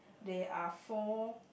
there are four